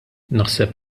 naħseb